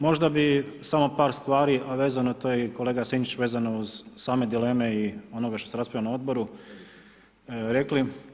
Možda bi samo par stvari, a vezano je, to je i kolega Sinčić, vezano uz same dileme i onoga što se raspravljalo na Odboru, rekli.